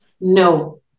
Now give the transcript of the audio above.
No